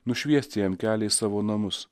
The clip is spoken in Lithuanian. nušviesti jam kelią į savo namus